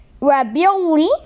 ravioli